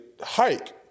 hike